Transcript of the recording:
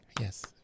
Yes